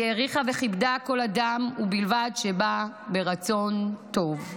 היא העריכה וכיבדה כל אדם ובלבד שבא ברצון טוב.